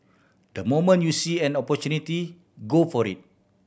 the moment you see an opportunity go for it